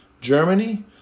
Germany